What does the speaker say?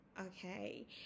okay